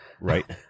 Right